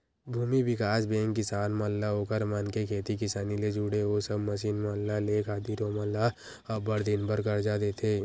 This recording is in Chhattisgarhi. भूमि बिकास बेंक किसान मन ला ओखर मन के खेती किसानी ले जुड़े ओ सब मसीन मन ल लेय खातिर ओमन ल अब्बड़ दिन बर करजा देथे